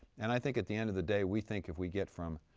and i think at the end of the day we think if we get from